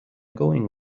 going